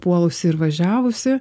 puolusi ir važiavusi